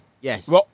Yes